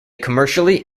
commercially